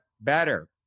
better